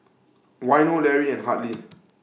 Waino Lary and Hartley